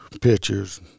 pictures